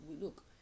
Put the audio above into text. look